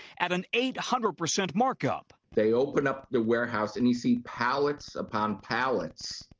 at an eight hundred percent markup. they open up the warehouse and you see palettes upon palettes